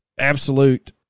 absolute